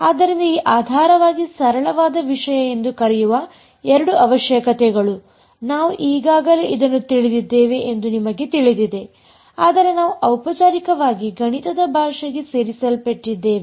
ಆದ್ದರಿಂದ ಈ ಆಧಾರವಾಗಿ ಸರಳವಾದ ವಿಷಯ ಎಂದು ಕರೆಯುವ ಎರಡು ಅವಶ್ಯಕತೆಗಳುನಾವು ಈಗಾಗಲೇ ಇದನ್ನು ತಿಳಿದಿದ್ದೇವೆ ಎಂದು ನಿಮಗೆ ತಿಳಿದಿದೆ ಆದರೆ ನಾವು ಔಪಚಾರಿಕವಾಗಿ ಗಣಿತದ ಭಾಷೆಗೆ ಸೇರಿಸಲ್ಪಟ್ಟಿದ್ದೇವೆ